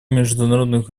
международных